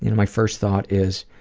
you know my first thought is,